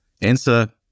answer